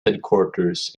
headquarters